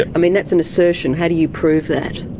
i mean that's an assertion, how do you prove that?